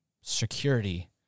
security